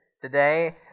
today